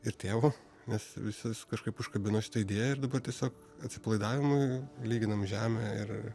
ir tėvu nes visi kažkaip užkabino šitą idėją ir dabar tiesiog atsipalaidavimui lyginam žemę ir